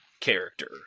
character